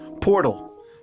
Portal